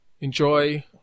enjoy